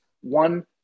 one